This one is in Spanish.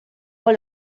con